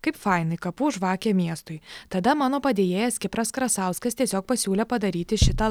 kaip fainai kapų žvakė miestui tada mano padėjėjas kipras krasauskas tiesiog pasiūlė padaryti šitą